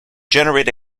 generate